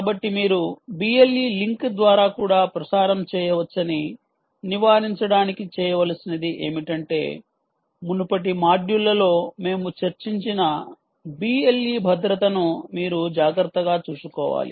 కాబట్టి మీరు BLE link ద్వారా కూడా ప్రసారం చేయవచ్చని నివారించడానికి చేయవలసినది ఏమిటంటే మునుపటి మాడ్యూళ్ళలో మేము చర్చించిన BLE భద్రతను మీరు జాగ్రత్తగా చూసుకోవాలి